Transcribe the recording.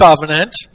covenant